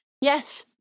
yes